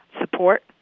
support